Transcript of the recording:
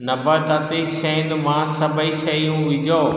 नबाताती शयुनि मां सभेई शयूं विझो